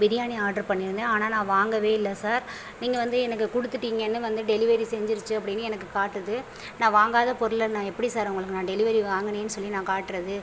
biryani order பண்ணியிருந்தேன் ஆனால் நான் வாங்கவே இல்லை சார் நீங்கள் வந்து எனக்கு கொடுத்துட்டீங்கன்னு வந்து டெலிவரி செஞ்சுருச்சு அப்படின்னு எனக்கு காட்டுது நான் வாங்காத பொருளை நான் எப்படி சார் உங்களுக்கு நான் டெலிவரி வாங்கினேன் சொல்லி நான் காட்டுறது